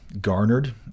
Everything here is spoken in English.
garnered